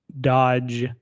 Dodge